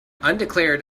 undeclared